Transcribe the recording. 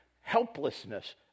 helplessness